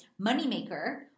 Moneymaker